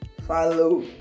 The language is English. follow